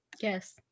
Yes